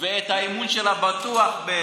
ואת האמון שלה במשטרה,